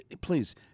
Please